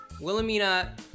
Wilhelmina